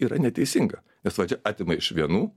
yra neteisinga nes valdžia atima iš vienų